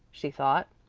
she thought.